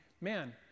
man